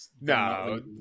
No